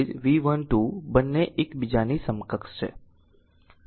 તેથી સમાન voltage V12 બંને એકબીજાની સમકક્ષ છે